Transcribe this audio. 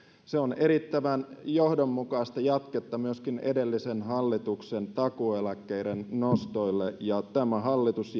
se on erittäin johdonmukaista jatketta myöskin edellisen hallituksen takuueläkkeiden nostoille ja tämä hallitus